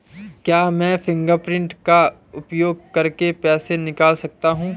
क्या मैं फ़िंगरप्रिंट का उपयोग करके पैसे निकाल सकता हूँ?